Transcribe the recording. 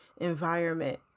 environment